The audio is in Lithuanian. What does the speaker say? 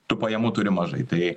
tų pajamų turi mažai tai